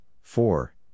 four